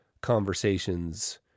conversations